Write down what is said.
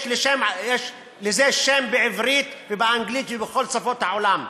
יש לזה שם בעברית ובאנגלית ובכל שפות העולם.